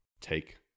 Take